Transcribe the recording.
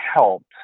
helped